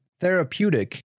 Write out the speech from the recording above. therapeutic